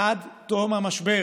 עד תום המשבר,